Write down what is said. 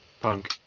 Punk